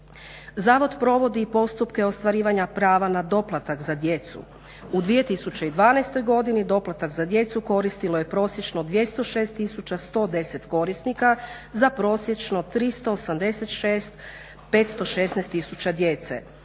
Zavod provodi i postupke ostvarivanja prava na doplatak za djecu. U 2012. godini doplatak za djecu koristilo je prosječno 206110 korisnika za prosječno 386516 tisuća djece.